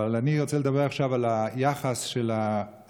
אבל אני רוצה לדבר עכשיו על היחס של השלטון